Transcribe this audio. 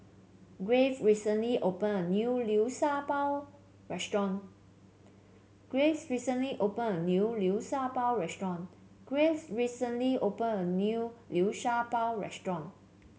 Grave recently opened a new Liu Sha Bao restaurant Graves recently opened a new Liu Sha Bao restaurant Graves recently opened a new Liu Sha Bao restaurant